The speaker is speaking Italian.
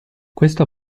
questo